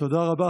תודה רבה.